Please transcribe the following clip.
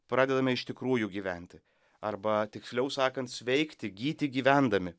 pradedame iš tikrųjų gyventi arba tiksliau sakant sveikti gyti gyvendami